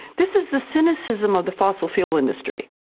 this is the cynicism of the fossil fuel industry.